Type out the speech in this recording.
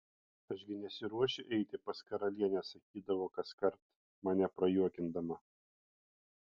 aš gi nesiruošiu eiti pas karalienę sakydavo kaskart mane prajuokindama